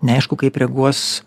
neaišku kaip reaguos